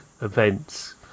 events